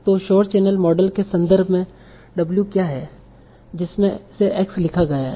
तो शोर channel model के संदर्भ में w क्या है जिसमें से x लिखा गया है